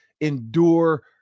endure